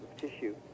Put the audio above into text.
tissue